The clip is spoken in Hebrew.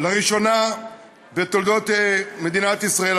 לראשונה בתולדות מדינת ישראל,